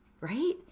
right